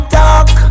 talk